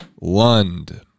lund